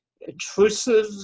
intrusive